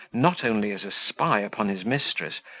not only as a spy upon his mistress,